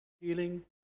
healing